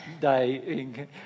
day